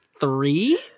three